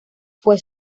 fue